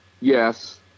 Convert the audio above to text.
yes